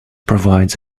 provides